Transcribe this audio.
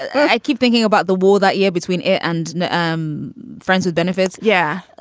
i keep thinking about the war that year between it and um friends with benefits. yeah.